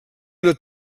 una